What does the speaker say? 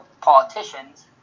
politicians